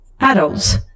Adults